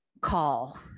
call